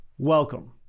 Welcome